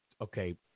Okay